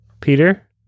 Peter